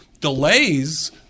Delays